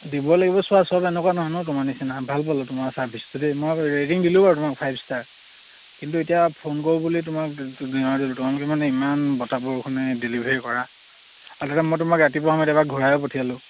দিব লাগিব চোৱা চব এনেকুৱা নহয় নহ্ তোমাৰ নিচিনা ভাল পালো তোমাৰ চাৰ্ভিচটো দেই মই ৰেটিং দিলোঁ বাৰু তোমাক ফাইভ ষ্টাৰ কিন্তু এতিয়া ফোন কৰোঁ বুলি তোমাক তোমালোকে মানে ইমান বতাহ বৰষুণে ডেলিভাৰী কৰা আৰু তাতে মই তোমাক ৰাতিপুৱা সময়ত এবাৰ ঘূৰাই পঠিয়ালোঁ